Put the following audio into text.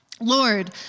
Lord